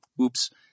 oops